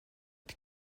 die